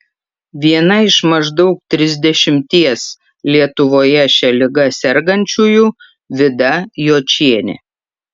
viena iš maždaug trisdešimties lietuvoje šia liga sergančiųjų vida jočienė